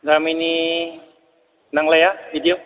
गामिनि नांलाया बिदियाव